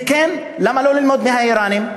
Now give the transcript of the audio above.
וכן, למה לא ללמוד מהאיראנים?